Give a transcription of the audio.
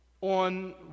on